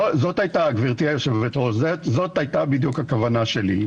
זאת הייתה, גברתי היושבת-ראש, בדיוק הכוונה שלי.